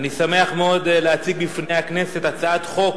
אני שמח מאוד להציג בפני הכנסת הצעת חוק